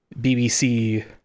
BBC